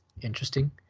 Interesting